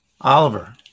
Oliver